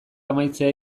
amaitzea